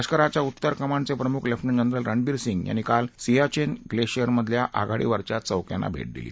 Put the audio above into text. लष्कराच्या उत्तर कमांडचे प्रमख लेफ्टनंट जनरल रणबीर सिंग यांनी काल सियाचिन ग्लेशियस्मधील आघाडींवरच्या चौक्यांना भेट दिली